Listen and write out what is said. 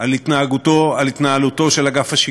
על התנהלותו של אגף השיקום.